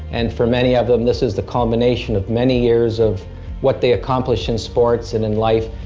and for many of them this is the combination of many years of what they accomplished in sports and in life,